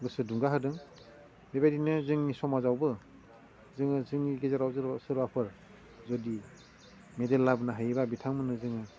गोसो दुंगा होदों बेबायदिनो जोंनि समाजावबो जोङो जोंंनि गेजेराव जेराव सोरबाफोर जुदि मेडेल लाबोनो हायोबा बिथांमोननो जोङो